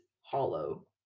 hollow